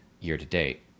year-to-date